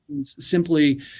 simply